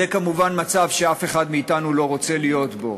זה כמובן מצב שאף אחד מאתנו לא רוצה להיות בו.